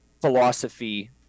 philosophy